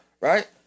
right